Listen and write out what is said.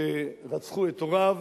שרצחו את הוריו,